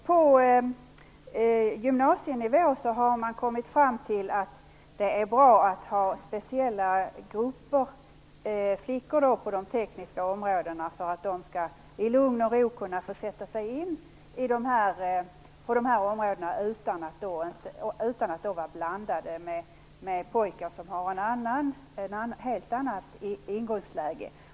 På gymnasienivå har man kommit fram till att det är bra att ha speciella flickgrupper på de tekniska områdena, där flickorna i lugn och ro kan sätta sig in i de aktuella områdena utan att blandas med pojkar, som har ett helt annat ingångsläge.